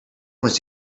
was